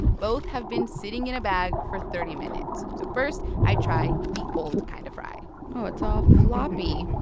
both have been sitting in a bag for thirty minutes. so first, i try the old kind of fry oh, it's all floppy